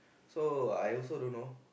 so I also don't know